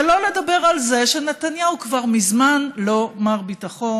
שלא לדבר על זה שנתניהו כבר מזמן לא מר ביטחון.